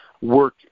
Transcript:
work